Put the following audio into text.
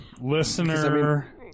listener